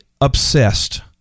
obsessed